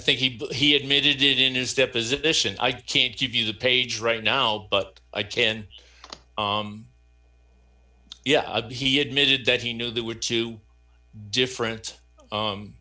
i think he admitted it in his deposition i can't give you the page right now but i can yeah he admitted that he knew there were two different